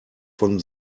von